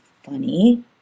funny